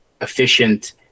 efficient